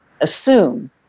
assume